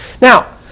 Now